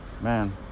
man